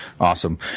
Awesome